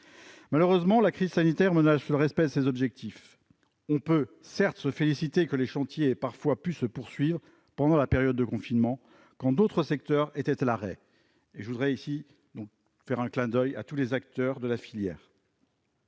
Malheureusement, la crise sanitaire menace la tenue de ces objectifs. On peut certes se féliciter que certains chantiers aient pu se poursuivre pendant la période de confinement, quand d'autres secteurs étaient à l'arrêt- je voudrais, à cet instant, saluer les acteurs de la filière.